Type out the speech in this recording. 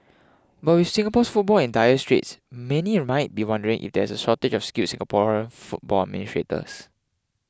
but with Singapore's football in dire straits many might be wondering if there's a shortage of skilled Singaporean football administrators